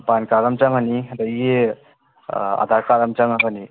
card ꯑꯃ ꯆꯪꯒꯅꯤ ꯑꯗꯒꯤ ꯑꯥꯗꯥꯔ ꯀꯥꯔ꯭ꯗ ꯑꯃ ꯆꯪꯂꯛꯀꯅꯤ